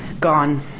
gone